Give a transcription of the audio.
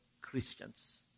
Christians